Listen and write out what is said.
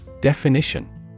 Definition